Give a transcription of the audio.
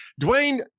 Dwayne